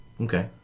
Okay